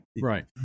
right